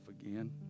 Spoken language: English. again